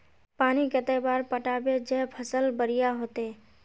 पानी कते बार पटाबे जे फसल बढ़िया होते?